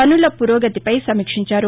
పనుల పురోగతిపై సమీక్షించారు